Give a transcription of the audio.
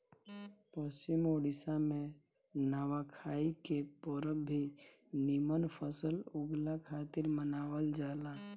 पश्चिम ओडिसा में नवाखाई के परब भी निमन फसल उगला खातिर मनावल जाला